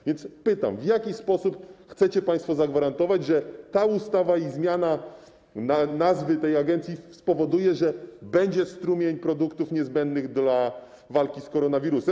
A więc pytam: W jaki sposób chcecie państwo zagwarantować, że ta ustawa, w tym zmiana nazwy tej agencji, spowoduje, że popłynie strumień produktów niezbędnych do walki z koronawirusem?